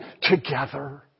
together